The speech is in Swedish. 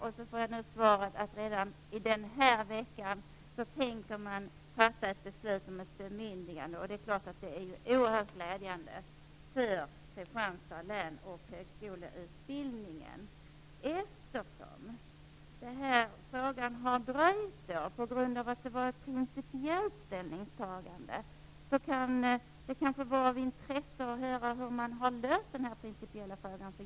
Nu får jag svaret att man redan denna vecka tänker fatta ett beslut om ett bemyndigande. Det är klart att det är oerhört glädjande för Kristianstad län och för högskoleutbildningen där. Eftersom det här har dröjt på grund av ett principiellt ställningstagande, kan det kanske vara av intresse att höra hur man har löst den principiella frågan.